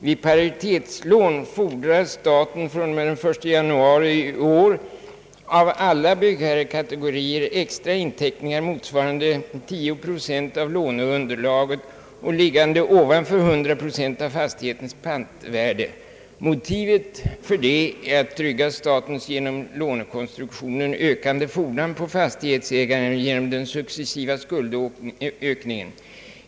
Vid paritetslån fordrar staten från och med den 1 januari i år av alla byggherrekategorier extra inteckningar, motsvarande 10 procent av låneunderlaget och liggande ovanför 100 procent av fastighetens pantvärde. Motivet härför är att trygga statens genom lånekonstruktionen ökande fordran på fastighetsägaren på grund av den successiva skuldökningen.